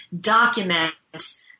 documents